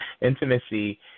intimacy